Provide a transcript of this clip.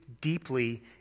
deeply